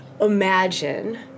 imagine